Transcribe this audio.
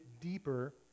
deeper